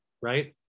right